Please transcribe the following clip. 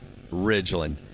Ridgeland